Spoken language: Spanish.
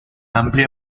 amplia